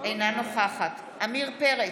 אינה נוכחת עמיר פרץ,